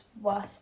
worth